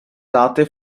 date